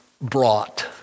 brought